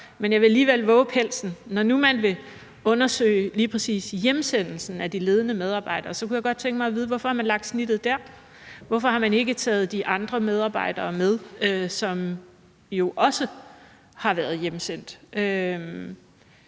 Men jeg vil alligevel vove pelsen: Når nu man vil undersøge lige præcis hjemsendelsen af de ledende medarbejdere, kunne jeg godt tænke mig at vide, hvorfor man har lagt snittet der – hvorfor har man ikke taget de andre medarbejdere med, som jo også har været hjemsendt?